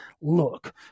Look